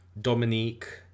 Dominique